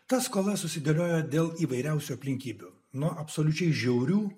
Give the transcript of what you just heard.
ta skola susidėliojo dėl įvairiausių aplinkybių nuo absoliučiai žiaurių